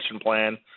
plan